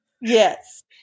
Yes